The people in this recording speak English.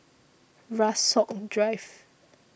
Rasok Drive